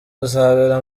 uzabera